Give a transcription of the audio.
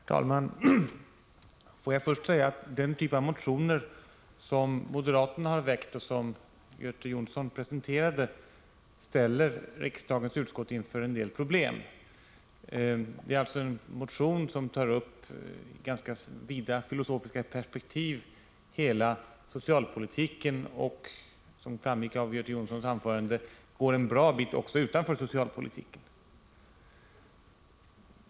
Herr talman! Jag vill först säga att den typ av motioner som moderaterna har väckt och som Göte Jonsson presenterade ställer riksdagens utskott inför en del problem. Det är en motion som tar upp ganska vida filosofiska perspektiv, hela socialpolitiken och, som framgick av Göte Jonssons anförande, går en bra bit också utanför socialpolitiken.